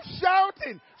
shouting